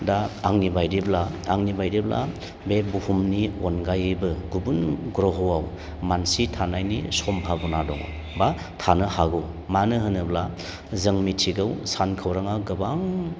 दा आंनिबायदिब्ला आंनिबायदिब्ला बे बुहुमनि अनगायैबो गुबुन ग्रह'आव मानसि थानायनि समभाबना दङ बा थानो हागौ मानो होनोब्ला जों मिथिगौ सान खौराङा गोबां